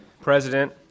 president